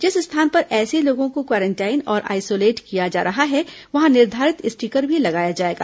जिस स्थान पर ऐसे लोगों को क्वारेंटाइन और आईसोलेट किया जा रहा है वहां निर्धारित स्टीकर भी लगाया जाएगा